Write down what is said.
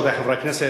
רבותי חברי הכנסת,